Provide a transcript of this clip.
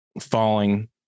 falling